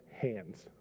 hands